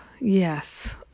Yes